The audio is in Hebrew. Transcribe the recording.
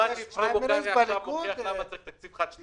שמעתי למה צריך תקציב חד-שנתי.